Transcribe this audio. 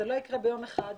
זה לא יקרה ביום אחד,